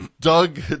Doug